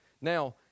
Now